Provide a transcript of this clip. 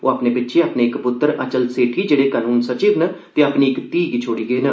ओह् अपने पिच्छे अपने इक पुत्तर अचल सेठी जेहड़े कानून सचिव न ते अपनी इक धीह् गी छोड़ी गे न